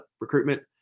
recruitment